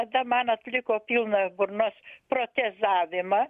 tada man atliko pilną burnos protezavimą